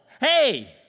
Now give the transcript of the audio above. Hey